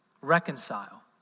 Reconcile